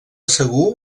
segur